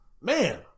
Man